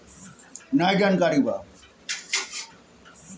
बड़ियार खटाल में दूध इकट्ठा करे खातिर दूध इकट्ठा करे वाला पाइप लगावल जाला